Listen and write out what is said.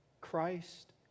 Christ